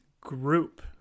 group